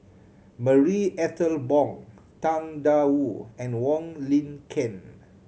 Marie Ethel Bong Tang Da Wu and Wong Lin Ken